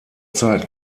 zeit